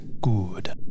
Good